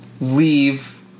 leave